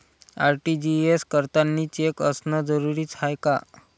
RTGS करतांनी cheque असनं जरुरीच हाय का?